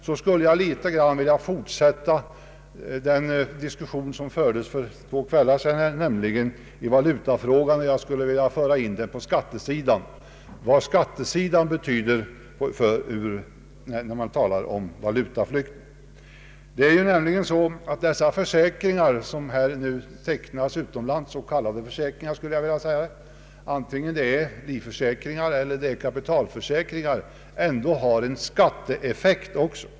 Jag skulle vilja anknyta till den diskussion som fördes i valutafrågan för två dagar sedan och föra in vad skattesidan betyder vid valutaflykt. De s.k. försäkringar som tecknas utomlands, antingen livförsäkringar eller kapitalförsäkringar, har en skatteeffekt också.